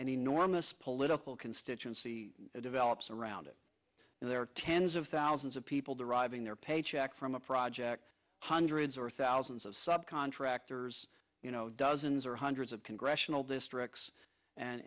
enormous political constituency that develops around it and there are tens of thousands of people deriving their paycheck from a project hundreds or thousands of subcontractors you know dozens or hundreds of congressional districts